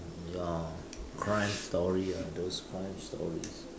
uh crime story ah those crime stories